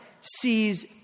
sees